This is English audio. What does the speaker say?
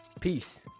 Peace